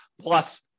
plus